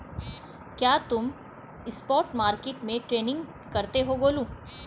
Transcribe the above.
क्या तुम spot market में ट्रेडिंग करते हो गोलू?